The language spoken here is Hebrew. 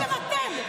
אתה מבקש למתן?